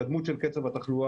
כוללת גם בית ספר תיכון.